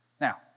Now